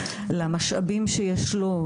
למשאבים שיש לו,